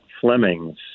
Fleming's